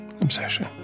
Obsession